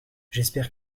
j’espère